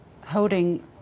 holding